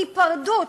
היפרדות.